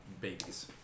babies